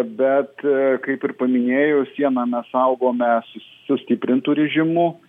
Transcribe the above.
bet kaip ir paminėjau sieną mes saugome su sustiprintu režimu